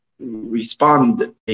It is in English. respond